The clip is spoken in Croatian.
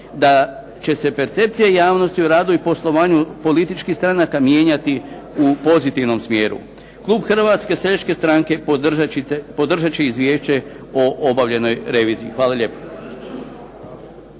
da će se percepcija javnosti u radu i poslovanju političkih stranaka mijenjati u pozitivnom smjeru. Klub Hrvatske seljačke stranke podržat će izvješće o obavljenoj reviziji. Hvala lijepa.